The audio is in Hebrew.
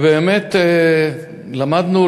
ובאמת למדנו